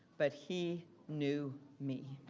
but he knew me.